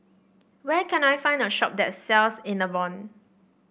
where can I find a shop that sells Enervon